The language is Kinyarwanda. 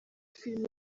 film